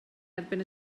erbyn